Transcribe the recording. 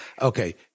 Okay